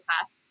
past